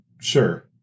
Sure